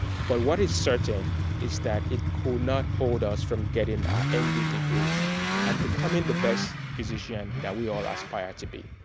but what is certain is that it could not hold us from getting our m d. degree and becoming the best physician that we all aspire to be.